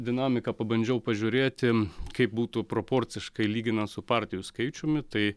dinamiką pabandžiau pažiūrėti kaip būtų proporciškai lyginant su partijų skaičiumi tai